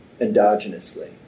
endogenously